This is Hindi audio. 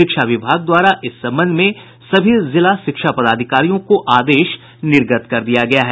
शिक्षा विभाग द्वारा इस संबंध में सभी जिला शिक्षा पदाधिकारियों को आदेश निर्गत कर दिया गया है